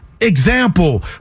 example